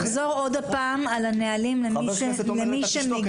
אני אחזור עוד פעם על הנהלים למי שמגיע.